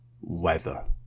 weather